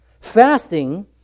Fasting